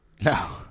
No